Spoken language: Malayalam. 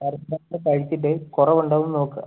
പാരസിറ്റമോള് കഴിച്ചിട്ട് കുറവ് ഉണ്ടോന്ന് നോക്കുക